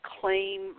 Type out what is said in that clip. claim